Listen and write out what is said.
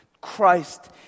Christ